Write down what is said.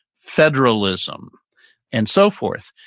federalism and so forth.